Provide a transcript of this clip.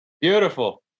Beautiful